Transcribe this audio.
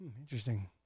Interesting